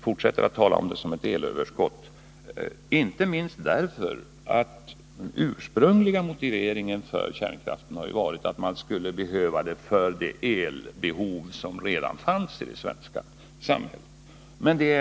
fortsätter att tala om det som ett elöverskott — inte minst därför att den ursprungliga motiveringen för kärnkraften ju har varit att dem skulle täcka det elbehov som skulle uppstå.